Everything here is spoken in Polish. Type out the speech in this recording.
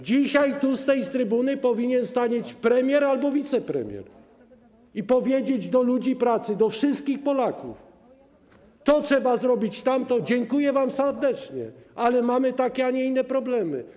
Dzisiaj tu, na tej trybunie, powinien stanąć premier albo wicepremier i powiedzieć ludziom pracy, wszystkim Polakom: to trzeba zrobić, tamto, dziękuję wam serdecznie, ale mamy takie, a nie inne problemy.